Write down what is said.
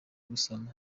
gusoma